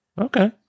Okay